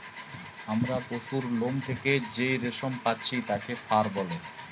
আমরা পশুর লোম থেকে যেই রেশম পাচ্ছি তাকে ফার বলে